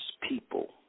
people